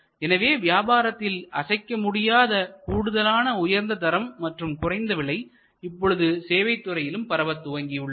எனவே வியாபாரத்தில் அசைக்கமுடியாத கூடுதலான உயர்ந்த தரம் மற்றும் குறைந்த விலை இப்பொழுது சேவைத் துறையிலும் பரவத் துவங்கியுள்ளது